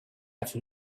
have